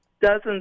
dozens